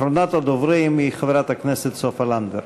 אחרונת הדוברים היא חברת הכנסת סופה לנדבר.